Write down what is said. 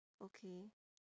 okay